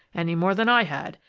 any more than i had,